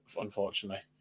Unfortunately